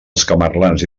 escamarlans